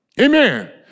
Amen